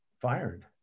fired